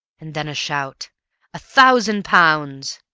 and then a shout a thousand pounds!